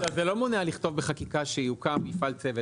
אבל זה לא מונע לכתוב בחקיקה שיוקם צוות.